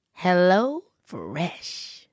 HelloFresh